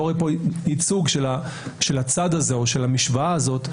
רואה פה ייצוג של הצד הזה או של המשוואה הזאת,